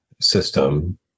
system